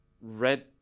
Red